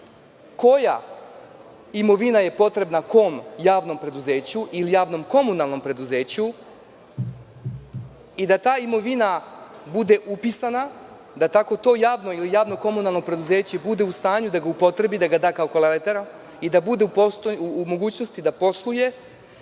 koja imovina je potrebna kom javnom preduzeću ili javnom komunalnom preduzeću i da ta imovina bude upisana, da tako to javno ili javno komunalno preduzeće bude u stanju da ga upotrebi, da ga da kao kolateral i da bude u mogućnosti da posluje,